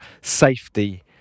safety